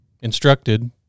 instructed